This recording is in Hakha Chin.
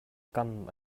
kam